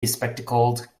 bespectacled